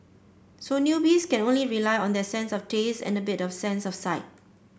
so newbies can only rely on their sense of taste and a bit of sense of sight